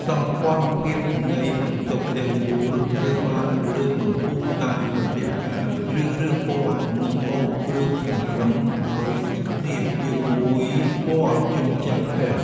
សោភ័ណភាពនៃបន្ទប់ទាំងមូលត្រូវបានលើកកម្ពស់តាមរយៈការជ្រើសរើសពណ៌និងម៉ូដគ្រឿងសង្ហារិមឱ្យស៊ីគ្នាជាមួយពណ៌ជញ្ជាំងផ្ទះ។